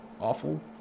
awful